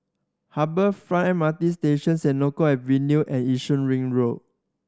Harbour Front M R T Station Senoko Avenue and Yishun Ring Road